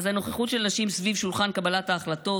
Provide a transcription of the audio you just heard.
הנוכחות של נשים סביב שולחן קבלת ההחלטות